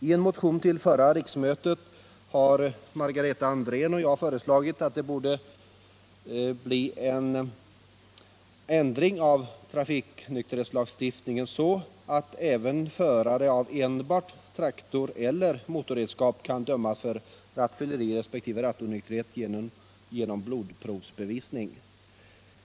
I en motion till förra riksmötet — nr 1976/77:329 — har Margareta Andrén och jag föreslagit att det skall göras en ändring av trafiknykterhetslagstiftningen, så att även förare av traktor eller motorredskap kan dömas för rattfylleri resp. rattonykterhet genom blodprovsbevisning.